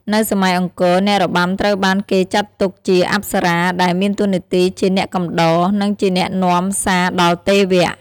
នៅសម័យអង្គរ អ្នករបាំត្រូវបានគេចាត់ទុកជា អប្សរា ដែលមានតួនាទីជាអ្នកកំដរ និងជាអ្នកនាំសារដល់ទេវៈ។